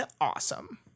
awesome